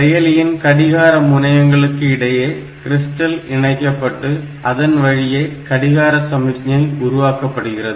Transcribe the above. செயலியின் கடிகார முனையங்களுக்கு இடையே கிறிஸ்டல் இணைக்கப்பட்டு அதன் வழியே கடிகாரச் சமிக்ஞை உருவாக்கப்படுகிறது